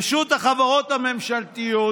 רשות החברות הממשלתיות